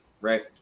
right